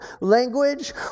language